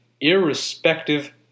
irrespective